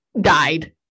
died